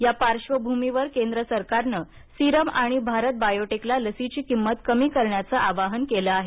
या पार्बभूमीवर केंद्र सरकारनं सीरम आणि भारत बायोटेकला लसीची किंमत कमी करण्याच आवाहन केलं आहे